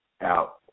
out